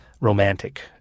romantic